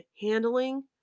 handling